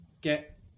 Get